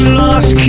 lost